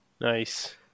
Nice